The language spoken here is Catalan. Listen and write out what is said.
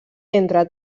entre